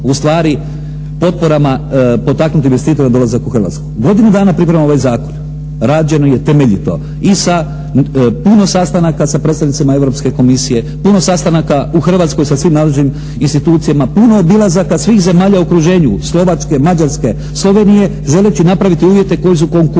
ustvari potporama potaknuti investitora dolazak u Hrvatsku. Godinu dana pripremamo ovaj zakon, rađeno je temeljito i sa puno sastanaka sa predstavnicima Europske komisije, puno sastanaka u Hrvatskoj sa svim nadležnim institucijama, puno obilazaka svih zemalja u okruženju, Slovačke, Mađarske, Slovenije, želeći napraviti uvjete koji su konkurentni